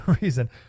reason